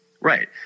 Right